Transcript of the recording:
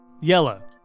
Yellow